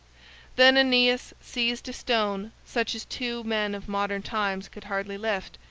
then aeneas seized a stone, such as two men of modern times could hardly lift,